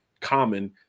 common